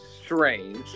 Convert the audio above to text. strange